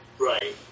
right